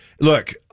look